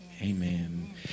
Amen